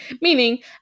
Meaning